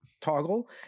toggle